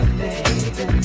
baby